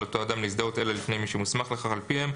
אותו אדם להזדהות אלא לפני מי שמוסמך לכך על פיהם,